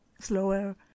slower